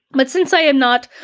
but since i am not,